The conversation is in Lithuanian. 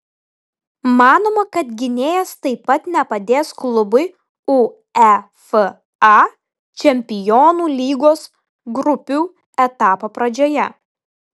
manoma kad gynėjas taip pat nepadės klubui uefa čempionų lygos grupių etapo pradžioje